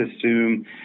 assume